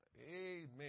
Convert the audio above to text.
Amen